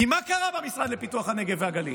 מה קרה במשרד לפיתוח הנגב והגליל?